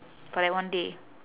correct one day